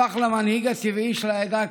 הפך למנהיג הטבעי של העדה הקווקזית,